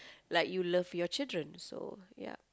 like you love your children so ya